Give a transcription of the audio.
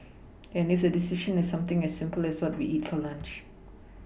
even if the decision is something as simple as what to eat for lunch